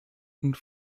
und